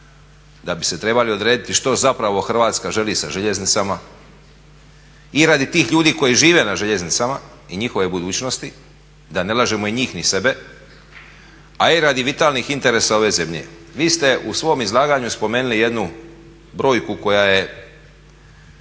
da bi se trebali odrediti što zapravo Hrvatska želi sa željeznicama i radi tih ljudi koji žive na željeznicama i njihove budućnosti da ne lažemo i njih ni sebe, a i radi vitalnih interesa ove zemlje. Vi ste u svom izlaganju spomenuli jednu brojku koja je